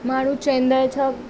माण्हू चईंदा छा